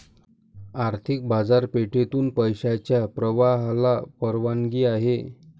आर्थिक बाजारपेठेतून पैशाच्या प्रवाहाला परवानगी आहे